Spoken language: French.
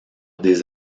des